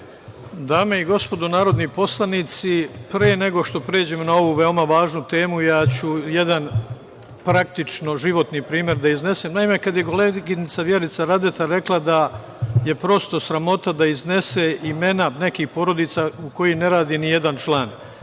Dame i gospodo narodni poslanici, pre nego što pređemo na ovu važnu temu, izneću praktičan, životni primer. Naime, kad je koleginica Vjerica Radeta rekla da je prosto sramota da iznese imena nekih porodica u kojima ne radi ni jedan član,